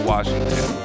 Washington